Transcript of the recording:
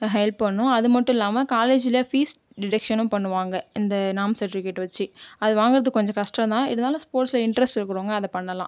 help பண்ணணும் அது மட்டும் இல்லாமல் காலேஜில் ஃபீஸ் டிடெக்ஷனும் பண்ணுவாங்கள் இந்த நாம் சர்ட்டிஃபிக்கேட்டை வச்சு அது வாங்குறது கொஞ்ச கஷ்டந்தான் இருந்தாலும் ஸ்போர்ட்ஸில் இன்ட்ரெஸ்ட் இருக்கிறவங்க அதை பண்ணலாம்